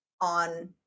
on